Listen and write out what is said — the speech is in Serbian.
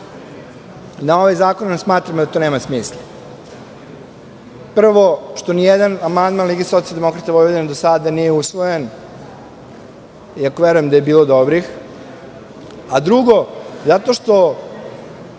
na ovaj zakon jer smatramo da to nema smisla. Prvo, nijedan amandman Lige socijaldemokrata Vojvodine do sada nije usvojen, iako verujem da je bilo dobrih. Drugo, zato što